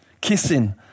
kissing